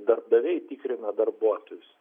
darbdaviai tikrina darbuotojus